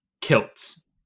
Kilts